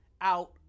out